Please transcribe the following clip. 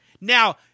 Now